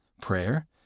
prayer